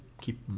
keep